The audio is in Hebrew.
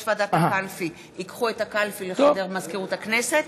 ועדת הקלפי ייקחו את הקלפי אל מזכירות הכנסת,